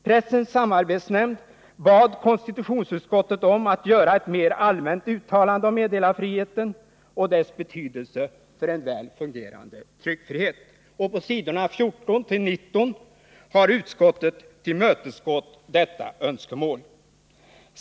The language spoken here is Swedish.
Pressens samarbetsnämnd bad konstitutionsutskottet att göra ett mer allmänt uttalande om meddelarfriheten och dess betydelse för en väl fungerande tryckfrihet. På s. 14-19 har utskottet tillmötesgått detta önskemål.